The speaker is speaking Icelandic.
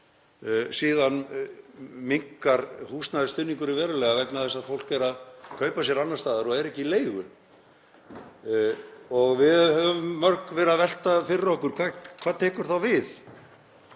Síðan minnkar húsnæðisstuðningurinn verulega vegna þess að fólk er að kaupa sér annars staðar og er ekki í leigu. Við höfum mörg verið að velta fyrir okkur hvað tekur þá við.